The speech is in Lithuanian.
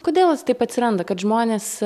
kodėl vis taip atsiranda kad žmonės